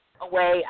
away